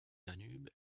danube